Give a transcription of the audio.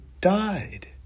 died